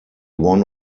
won